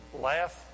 Laugh